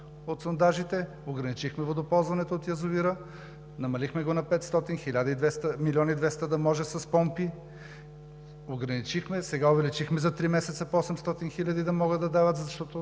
от сондажите, ограничихме водоползването от язовира, намалихме го на 500 – милион и 200 да може с помпи, ограничихме, сега увеличихме за три месеца по 800 хиляди да могат да дават, защото